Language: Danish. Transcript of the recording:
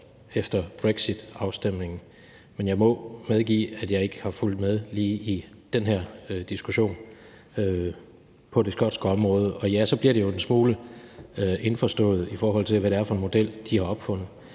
efter brexitafstemningen, men jeg må medgive, at jeg ikke har fulgt med i lige den her diskussion på det skotske område. Og ja, så bliver det jo en smule indforstået, i forhold til hvad det er for en model, de har opfundet.